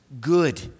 good